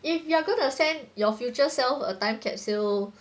if you are gonna send your future self a time capsule